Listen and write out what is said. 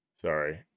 sorry